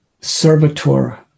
servitor